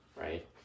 right